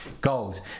goals